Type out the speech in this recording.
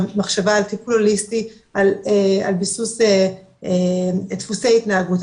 המחשבה על טיפול הוליסטי על ביסוס דפוסי התנהגות,